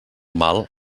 mal